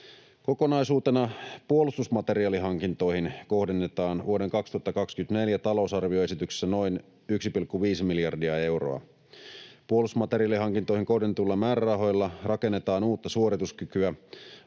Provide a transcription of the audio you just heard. Kokonaisuutena puolustusmateriaalihankintoihin kohdennetaan vuoden 2024 talousarvioesityksessä noin 1,5 miljardia euroa. Puolustusmateriaalihankintoihin kohdennetuilla määrärahoilla rakennetaan uutta suorituskykyä,